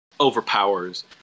overpowers